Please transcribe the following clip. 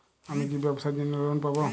আমি কি ব্যবসার জন্য লোন পাব?